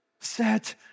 Set